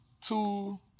two